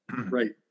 Right